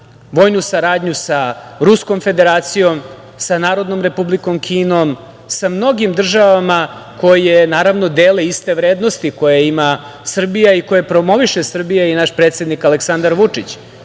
vojnu saradnju sa Ruskom Federacijom, sa Narodnom Republikom Kinom, sa mnogim državama koje, naravno, dele iste vrednosti koje ima Srbija i koje promoviše Srbija i naš predsednik Aleksandar Vučić. Ideja